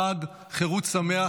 חג חירות שמח,